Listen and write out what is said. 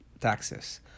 taxes